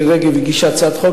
היא הגישה הצעת חוק,